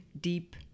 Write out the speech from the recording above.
deep